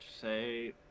say